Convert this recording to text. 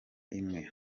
imwe